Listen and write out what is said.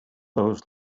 those